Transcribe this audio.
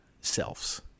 selves